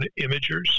imagers